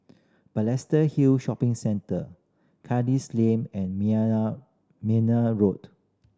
Balestier Hill Shopping Centre Kandis Lane and Meyer Road